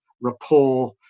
rapport